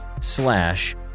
slash